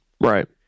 Right